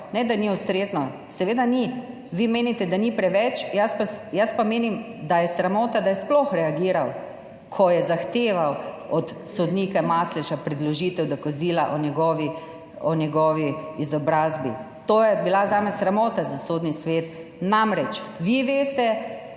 Ne da ni ustrezno, seveda ni. Vi menite, da ni preveč, jaz pa menim, da je sramota, da je sploh reagiral, ko je zahteval od sodnika Masleša predložitev dokazila o njegovi izobrazbi. To je bila zame sramota za Sodni svet. Namreč, vi veste,